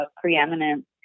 preeminent